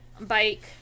bike